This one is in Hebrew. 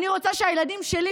אני רוצה שהילדים שלי,